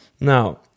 Now